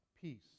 peace